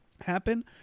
happen